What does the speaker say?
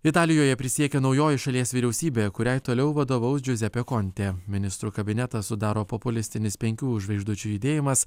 italijoje prisiekė naujoji šalies vyriausybė kuriai toliau vadovaus džiuzepė kontė ministrų kabinetą sudaro populistinis penkių žvaigždučių judėjimas